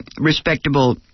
respectable